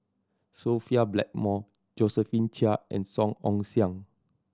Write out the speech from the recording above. Sophia Blackmore Josephine Chia and Song Ong Siang